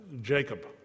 Jacob